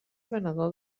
venedor